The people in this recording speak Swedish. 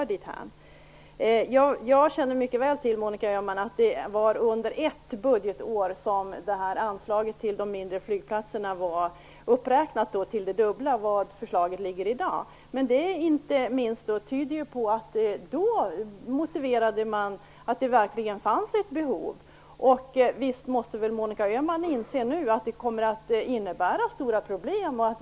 Monica Öhman, jag känner mycket väl till att var under ett enda budgetår som anslaget till de mindre flygplatserna var uppräknat till det dubbla jämfört med var förslaget ligger i dag. Men det tyder ju inte minst på att man då motiverade det med att det verkligen fanns ett behov. Visst måste väl Monica Öhman nu inse att det kommer att innebära stora problem?